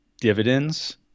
Dividends